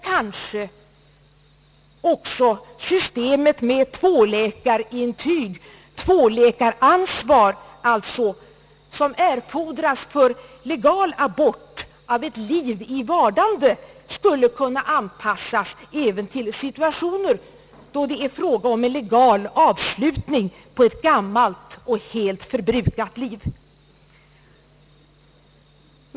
Kanske också systemet med tvåläkarintyg, tvåläkaransvar alltså, som erfordras för legal abort av ett liv i vardande, skulle kunna anpassas även till situationer då det är fråga om en legal avslutning på ett gammalt och helt förbrukat liv.